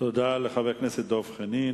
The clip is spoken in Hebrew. תודה לחבר הכנסת דב חנין.